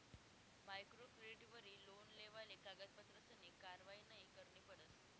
micro क्रेडिटवरी loan लेवाले कागदपत्रसनी कारवायी नयी करणी पडस